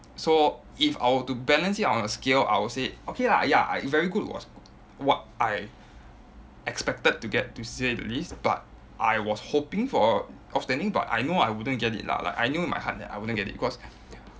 so if I were to balance it out on a scale I would say okay lah ya I very good was what I expected to get to say the least but I was hoping for a outstanding but I know I wouldn't get it lah like I know in my heart that I wouldn't get it cause